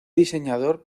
diseñador